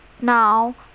now